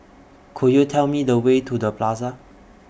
Could YOU Tell Me The Way to The Plaza